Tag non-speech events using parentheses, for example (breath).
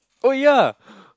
oh ya (breath)